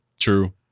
True